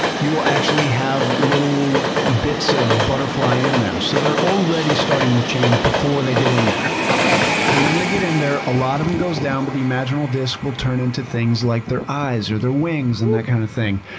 you will actually have little bits of butterfly in them. so they're already starting to change before they get in there, and then they get in there and a lot of them goes down, but the imaginal disks will turn into things like their eyes, or their wings, and that kind of thing.